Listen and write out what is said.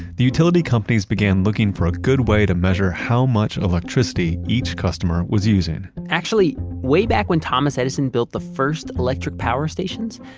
the utility companies began looking for a good way to measure how much electricity each customer was using actually way back when thomas edison built the first electric power stations,